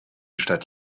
statt